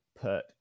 put